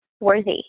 worthy